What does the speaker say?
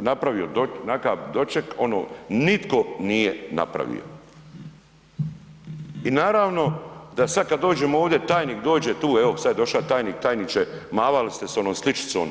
napravio nakav doček ono nitko nije napravio i naravno da sad kad dođemo ovdje, tajnik dođe tu, evo sad je doša tajnik, tajniče mavali ste s onom sličicom.